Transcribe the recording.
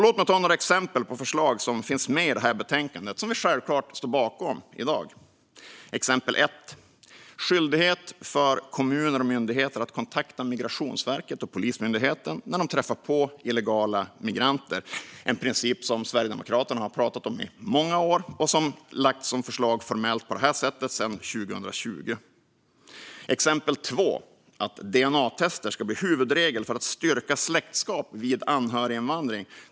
Låt mig visa några exempel på förslag som finns med i detta betänkande och som vi självklart står bakom. Exempel 1 gäller skyldighet för kommuner och myndigheter att kontakta Migrationsverket och Polismyndigheten när de träffar på illegala migranter. Det är en princip som Sverigedemokraterna har pratat om i många år och lagt fram förslag om formellt, på det här sättet, sedan 2020. Exempel 2 gäller att dna-tester ska bli huvudregel för att styrka släktskap vid anhöriginvandring.